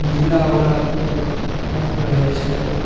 जिला उलाके भी बात रहै छै